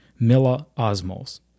milliosmoles